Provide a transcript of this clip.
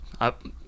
up